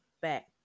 back